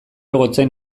gotzain